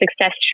success